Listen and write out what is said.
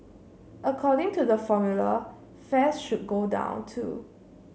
according to the formula fares should go down too